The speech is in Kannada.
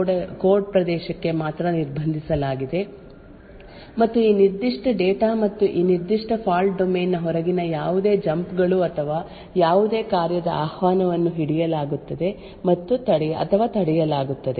ಈಗ ಸಾಫ್ಟ್ವೇರ್ ಫಾಲ್ಟ್ ಐಸೋಲೇಶನ್ ಫ್ರೇಮ್ವರ್ಕ್ ಸಾಧಿಸುವುದು ಏನೆಂದರೆ ಈ ಫಾಲ್ಟ್ ಡೊಮೇನ್ ನಲ್ಲಿ ಕಾರ್ಯಗತಗೊಳ್ಳುವ ಕೋಡ್ ಅನ್ನು ಈ ಕೋಡ್ ಪ್ರದೇಶಕ್ಕೆ ಮಾತ್ರ ನಿರ್ಬಂಧಿಸಲಾಗಿದೆ ಮತ್ತು ಈ ನಿರ್ದಿಷ್ಟ ಡೇಟಾ ಮತ್ತು ಈ ನಿರ್ದಿಷ್ಟ ಫಾಲ್ಟ್ ಡೊಮೇನ್ ನ ಹೊರಗಿನ ಯಾವುದೇ ಜಂಪ್ ಗಳು ಅಥವಾ ಯಾವುದೇ ಕಾರ್ಯದ ಆಹ್ವಾನವನ್ನು ಹಿಡಿಯಲಾಗುತ್ತದೆ ಅಥವಾ ತಡೆಯಲಾಗುತ್ತದೆ